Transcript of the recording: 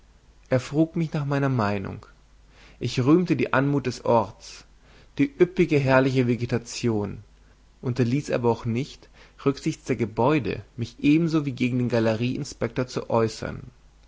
er frug nach meiner meinung ich rühmte die anmut des orts die üppige herrliche vegetation unterließ aber auch nicht rücksichts der gebäude mich ebenso wie gegen den galerieinspektor zu äußern